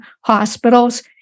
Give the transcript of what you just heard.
hospitals